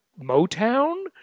Motown